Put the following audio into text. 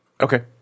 Okay